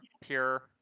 pure